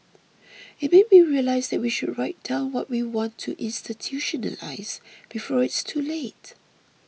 it made me realise that we should write down what we want to institutionalise before it's too late